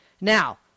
Now